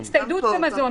גם פה: "הצטיידות במזון,